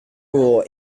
rule